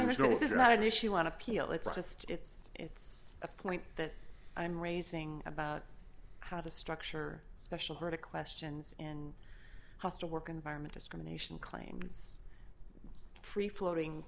is not an issue on appeal it's just it's it's a point that i'm raising about how to structure special her to questions in a hostile work environment discrimination claims free floating